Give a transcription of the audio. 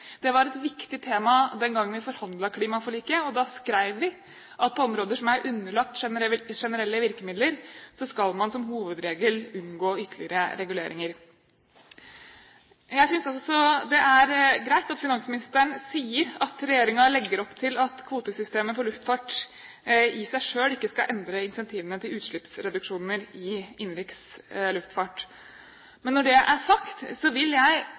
Det var et viktig tema den gangen vi forhandlet fram klimaforliket, og da skrev vi at på «områder som er underlagt generelle virkemidler», skal man som hovedregel «unngå ytterligere regulering». Jeg synes også det er greit at finansministeren sier at regjeringen legger opp til at kvotesystemet for luftfart i seg selv ikke skal endre incentivene til utslippsreduksjoner i innenriks luftfart. Men når det er sagt, vil jeg,